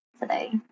today